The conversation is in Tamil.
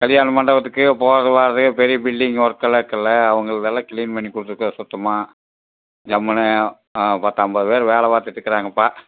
கல்யாணம் மண்டபத்துக்கு போவது வரது பெரிய பில்டிங் ஒர்க்கெல்லாம் இருக்குதுல்ல அவங்களுதெல்லாம் க்ளீன் பண்ணி கொடுத்துருக்கேன் சுத்தமாக ஜம்முன்னு ஆ பத்து ஐம்பது பேர் வேலை பார்த்துட்டு இருக்கிறாங்கப்பா